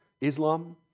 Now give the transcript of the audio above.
Islam